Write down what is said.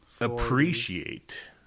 appreciate